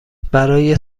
برای